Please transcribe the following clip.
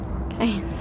Okay